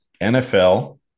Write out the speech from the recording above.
NFL